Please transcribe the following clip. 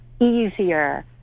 easier